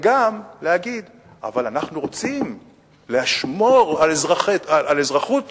וגם להגיד: אבל אנחנו רוצים לשמור על אזרחות ישראל.